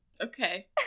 Okay